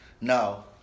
No